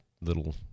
little